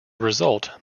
result